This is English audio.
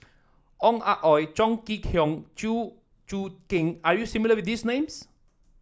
Ong Ah Hoi Chong Kee Hiong Chew Choo Keng are you not familiar with these names